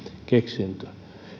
keksintö